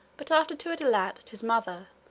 but after two had elapsed his mother,